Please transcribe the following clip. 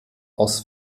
aus